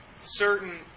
certain